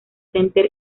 center